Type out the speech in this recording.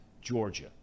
Georgia